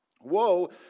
Woe